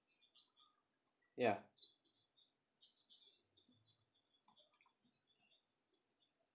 ya